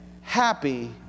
Happy